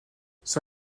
sur